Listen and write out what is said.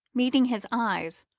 meeting his eyes,